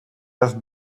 have